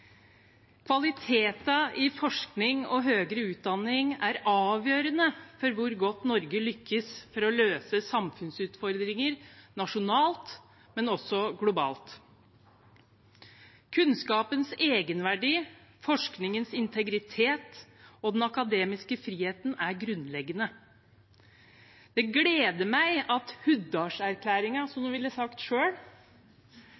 avgjørende for hvor godt Norge lykkes med å løse samfunnsutfordringer både nasjonalt og globalt. Kunnskapens egenverdi, forskningens integritet og den akademiske friheten er grunnleggende. Det gleder meg at «Huddalserklæringa», som